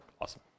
awesome